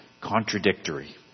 contradictory